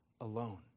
alone